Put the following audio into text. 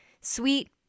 Sweet